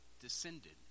descended